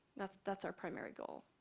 that's that's our primary goal.